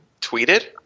tweeted